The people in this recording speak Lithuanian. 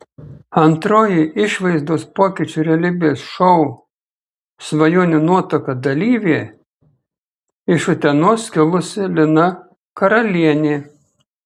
antroji išvaizdos pokyčių realybės šou svajonių nuotaka dalyvė iš utenos kilusi lina karalienė